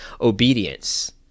obedience